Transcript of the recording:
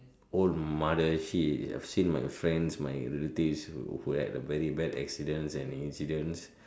old mother she have seen my friends my relatives who who had a very bad accidents and incidents